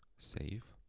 save,